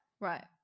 right